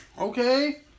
Okay